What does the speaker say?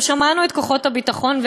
שמענו את כוחות הביטחון,